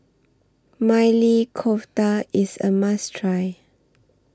Maili Kofta IS A must Try